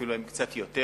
אפילו הם קצת יותר.